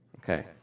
Okay